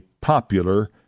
popular